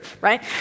right